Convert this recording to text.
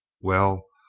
well,